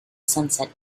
sunset